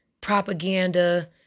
propaganda